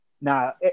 Now